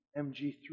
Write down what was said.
MG3